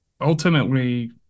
Ultimately